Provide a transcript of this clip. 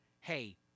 hey